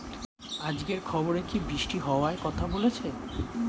আজকের খবরে কি বৃষ্টি হওয়ায় কথা বলেছে?